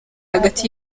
hagati